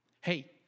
Hey